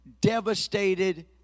devastated